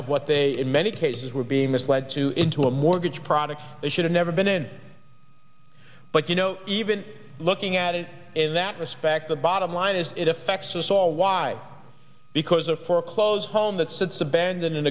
of what they in many cases were being misled to into a mortgage products they should have never been in but you know even looking at it in that respect the bottom line is it affects us all why because a foreclosed home that sits abandoned in